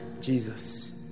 Jesus